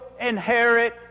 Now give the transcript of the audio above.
inherit